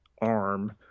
arm